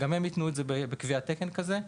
וגם הם התנו את זה בקביעת תקן כזה.